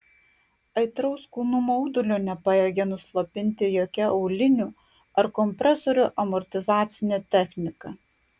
aitraus kulnų maudulio nepajėgė nuslopinti jokia aulinių ar kompresorių amortizacinė technika